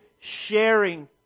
sharing